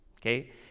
Okay